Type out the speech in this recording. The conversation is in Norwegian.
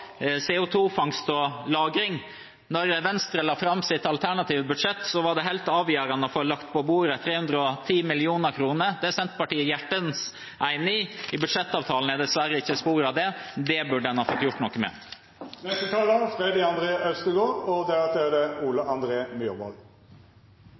og -lagring. Da Venstre la fram sitt alternative budsjett, var det helt avgjørende å få lagt på bordet 310 mill. kr. Det er Senterpartiet hjertens enig i. I budsjettavtalen er det dessverre ikke spor av det. Det burde en ha fått gjort noe med. I februar 2016 gikk jeg opp på Engebøfjellet i Naustdal ved Førdefjorden og